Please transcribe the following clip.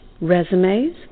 resumes